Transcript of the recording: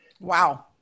Wow